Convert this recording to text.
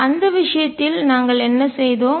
அந்த விஷயத்தில் நாங்கள் என்ன செய்தோம்